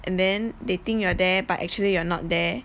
and then they think you are there but actually you are not there